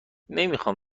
نمیخام